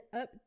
up